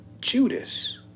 Judas